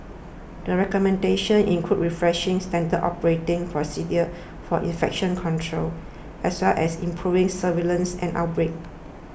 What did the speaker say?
the recommendations include refreshing standard operating procedures for infection control as well as improving surveillance and outbreak